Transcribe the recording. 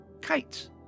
kites